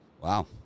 Wow